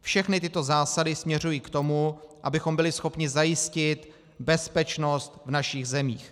Všechny tyto zásady směřují k tomu, abychom byli schopni zajistit bezpečnost v našich zemích.